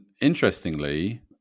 interestingly